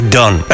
done